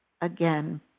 again